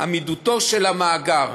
עמידותו של המאגר.